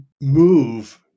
move